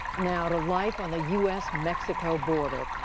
now to life on the u s mexico border.